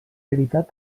veritat